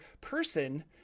person